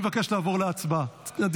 חבר הכנסת הלוי, תודה רבה.